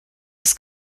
als